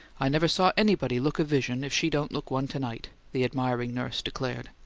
i never saw anybody look a vision if she don't look one to-night, the admiring nurse declared.